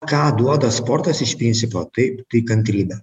ką duoda sportas iš principo taip tai kantrybę